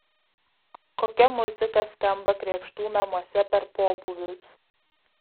kokia muzika skamba krėpštų namuose per pobūvius